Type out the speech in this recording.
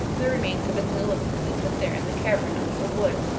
the remains had been deliberately put there in the cavern under the wood,